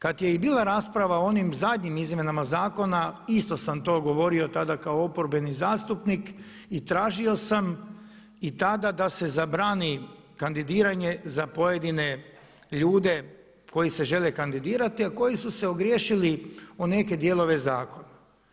Kada je bila rasprava o onim zadnjim izmjenama zakona isto sam to govorio tada kao oporbeni zastupnik i tražio sam i tada da se zabrani kandidiranje za pojedine ljude koji se žele kandidirati, a koji su se ogriješili o neke dijelove zakona.